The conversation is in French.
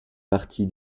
partie